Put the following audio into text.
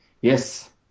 yes